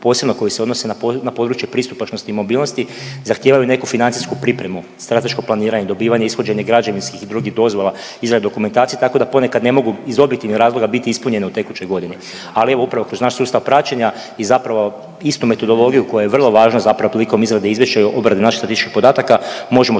posebno koje se odnose na područje pristupačnosti i mobilnosti zahtijevaju neku financijsku pripremu, strateško planiranje, dobivanje i ishođenje građevinskih i drugih dozvola, izradu dokumentacije, tako da ponekad ne mogu iz objektivnih razloga biti ispunjene u tekućoj godini, ali evo upravo kroz naš sustav praćenja i zapravo istu metodologiju koja je vrlo važna zapravo prilikom izrade izvješća i obrade naših statističkih podataka možemo